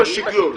עם השקלול.